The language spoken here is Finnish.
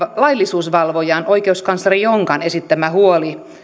laillisuusvalvojan oikeuskansleri jonkan esittämä huoli